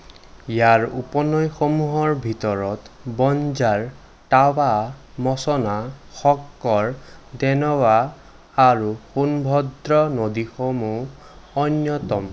ইয়াৰ উপনৈসমূহৰ ভিতৰত বঞ্জাৰ টাৱা মচনা শক্কৰ দেনৱা আৰু সোণভদ্ৰ নদীসমূহ অন্যতম